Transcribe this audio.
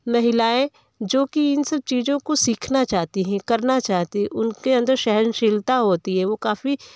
महिलाएँ जो कि इन सब चीज़ों को सीखना चाहती हैं करना चाहती हैं उनके अंदर सहनशीलता होती है वो काफ़ी